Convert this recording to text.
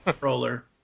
Roller